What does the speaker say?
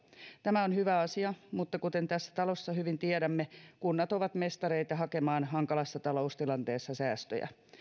tämä on hyvä asia mutta kuten tässä talossa hyvin tiedämme kunnat ovat mestareita hakemaan hankalassa taloustilanteessa säästöjä